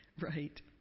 right